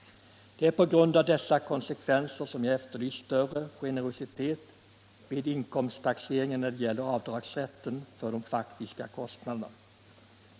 Det är på grund av dessa konsekvenser som jag efterlyst större generositet vid inkomsttaxering när det gäller avdragsrätten för de faktiska kostnaderna.